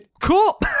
Cool